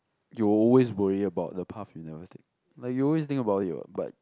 you always worry about the path you never take like you always think about it what but